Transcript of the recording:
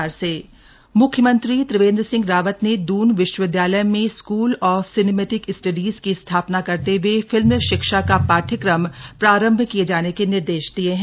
film शिक्षा course मुख्यमंत्री त्रिवेन्द्र सिंह रावत ने द्न विश्वविद्यालय में स्कूल ऑफ सिनेमेटिक स्टडिज की स्थापना करते हुए फिल्म शिक्षा का पाठ्यक्रम प्रारम्भ किए जाने के निर्देश दिए हैं